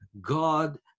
God